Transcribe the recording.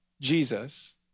Jesus